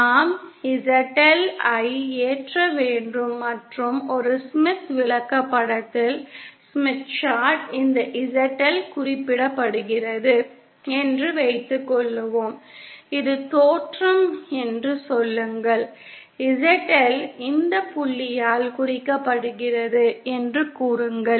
நாம் ZL ஐ ஏற்ற வேண்டும் மற்றும் ஒரு ஸ்மித் விளக்கப்படத்தில் இந்த ZL குறிப்பிடப்படுகிறது என்று வைத்துக்கொள்வோம் இது தோற்றம் என்று சொல்லுங்கள் ZL இந்த புள்ளியால் குறிக்கப்படுகிறது என்று கூறுங்கள்